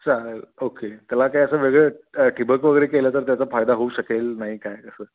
चालेल ओके त्याला काय असं वेगळं ठिबक वगैरे केलं तर त्याचा फायदा होऊ शकेल नाही काय कसं